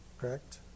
Correct